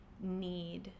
need